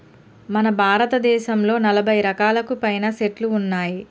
మన భారతదేసంలో నలభై రకాలకు పైనే సెట్లు ఉన్నాయి